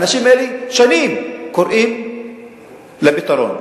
האנשים האלה שנים קוראים לפתרון.